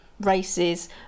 races